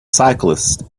cyclists